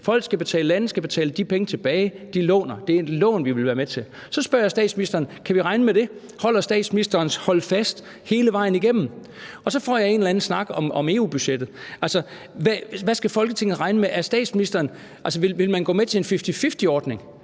om gaveelementet, landene skal betale de penge tilbage, de låner; det er et lån, vi vil være med til. Så spørger jeg statsministeren: Kan vi regne med det? Holder statsministerens udsagn om at holde fast hele vejen igennem? Og så får jeg en eller anden snak om EU-budgettet. Hvad skal Folketinget regne med? Vil man gå med til en fifty-fifty-ordning?